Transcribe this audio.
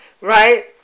right